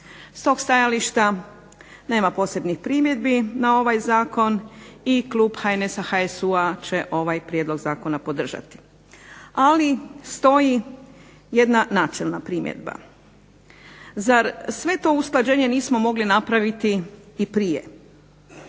S tog stajališta nema posebnih primjedbi na ovaj zakon i klub HNS-a, HSU-a će ovaj prijedlog zakona podržati. Ali stoji jedna načelna primjedba, zar sve to usklađenje nismo mogli napraviti i prije.